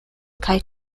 kaj